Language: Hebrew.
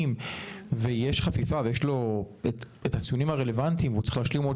המקדימים ויש חפיפה ויש לו הציונים הרלוונטיים והוא צריך להשלים עוד